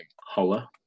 holla